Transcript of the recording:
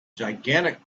gigantic